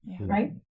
right